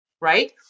right